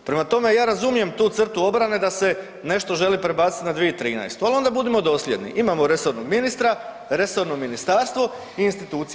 Prema tome, ja razumijem tu crtu obrane da se nešto želi prebaciti na 2013., ali ona budimo dosljedni, imamo resornog ministra, resorno ministarstvo i institucije.